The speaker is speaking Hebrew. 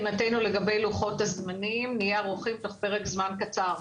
לגבי לוחות זמנים נהיה ערוכים תוך פרק זמן קצר.